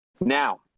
now